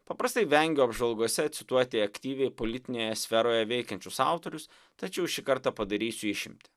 paprastai vengiu apžvalgose cituoti aktyviai politinėje sferoje veikiančius autorius tačiau šį kartą padarysiu išimtį